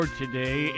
today